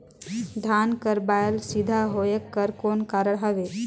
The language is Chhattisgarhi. धान कर बायल सीधा होयक कर कौन कारण हवे?